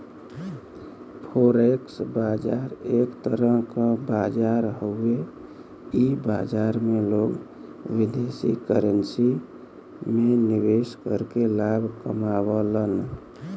forex बाजार एक तरह क बाजार हउवे इ बाजार में लोग विदेशी करेंसी में निवेश करके लाभ कमावलन